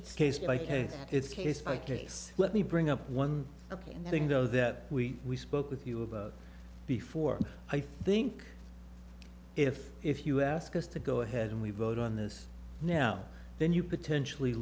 sheets case by case it's case by case let me bring up one ok in the thing though that we spoke with you about before i think if if you ask us to go ahead and we vote on this now then you potentially